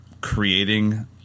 creating